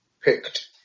picked